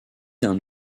d’un